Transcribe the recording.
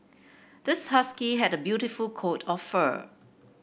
this husky had a beautiful coat of fur